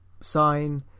sign